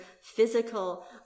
physical